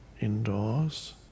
indoors